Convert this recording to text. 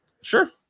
sure